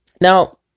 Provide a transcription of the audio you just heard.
Now